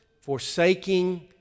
forsaking